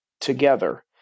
together